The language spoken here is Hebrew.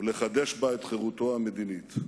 ולחדש בה את חירותו המדינית".